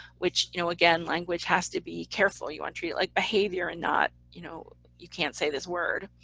which, you know again, language has to be carefully, you want to treat it like behavior and not, you know, you can't say this word.